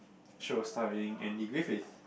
show starring Andy-Griffith